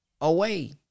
away